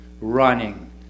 Running